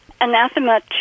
anathema